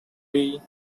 bee